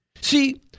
See